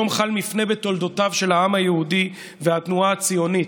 היום חל מפנה בתולדותיו של העם היהודי והתנועה הציונית,